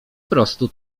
prostu